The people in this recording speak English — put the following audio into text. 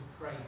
pray